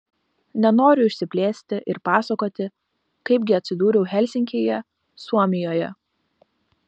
nenoriu išsiplėsti ir pasakoti kaip gi atsidūriau helsinkyje suomijoje